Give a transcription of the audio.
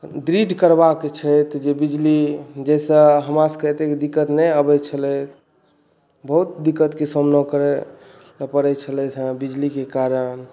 दृढ़ करबाके छथि जे बिजली जाहि सँ हमरा सभके एतेक दिक्कत नहि अबै छलै बहुत डुइककातकेँ सामना करै पड़ै छलथि हँ बिजलीकेँ कारण